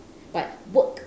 but work